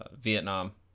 Vietnam